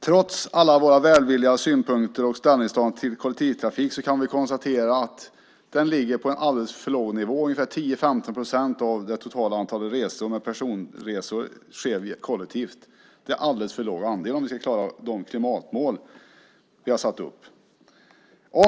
Trots alla våra välvilliga synpunkter och ställningstaganden när det gäller kollektivtrafiken kan vi konstatera att den ligger på en alldeles för låg nivå. Ungefär 10-15 procent av det totala antalet personresor sker kollektivt. Det är en alldeles för liten andel om vi ska klara de klimatmål som vi har satt upp.